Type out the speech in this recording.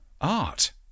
art